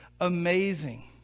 amazing